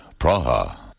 Praha